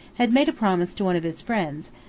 had made a promise to one of his friends,